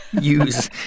use